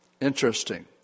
Interesting